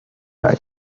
mij